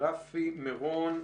לרפי מירון,